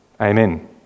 Amen